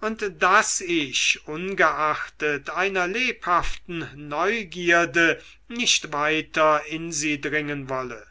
und daß ich ungeachtet einer lebhaften neugierde nicht weiter in sie dringen wolle